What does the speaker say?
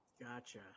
gotcha